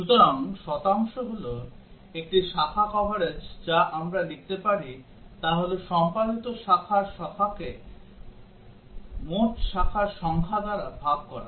সুতরাং শতাংশ হল একটি শাখা কভারেজ যা আমরা লিখতে পারি তা হল সম্পাদিত শাখার সংখ্যাকে মোট শাখার সংখ্যা দ্বারা ভাগ করা